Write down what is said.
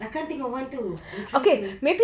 I can't think of one too I'm trying to